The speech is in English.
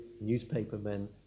newspapermen